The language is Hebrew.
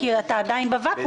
אתה הרי עדיין בוואקום הזה.